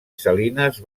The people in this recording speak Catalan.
salines